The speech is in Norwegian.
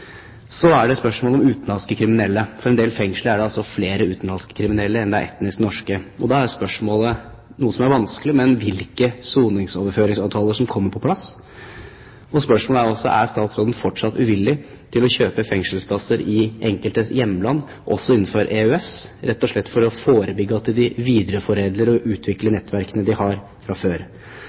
Så er det spørsmål om utenlandske kriminelle. I en del fengsler er det flere utenlandske kriminelle enn det er etnisk norske. Da er et vanskelig spørsmål: Hvilke soningsoverføringsavtaler kan komme på plass? Spørsmålet er om statsråden fortsatt er uvillig til å kjøpe fengselsplasser i enkeltes hjemland, også innenfor EØS, rett og slett for å forebygge at de videreforedler og utvikler nettverk som de har fra før.